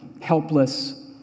helpless